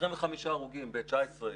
25 הרוגים ב-19'.